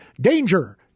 Danger